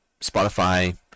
Spotify